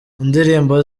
indirimbo